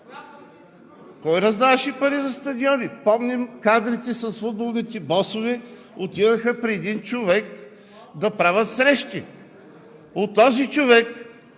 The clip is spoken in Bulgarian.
Кой раздаваше пари за стадиони? Помним кадрите с футболните босове, отиваха при един човек да правят срещи. У този човек